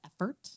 effort